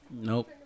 Nope